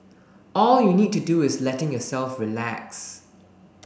all you need to do is letting yourself relax